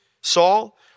Saul